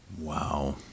Wow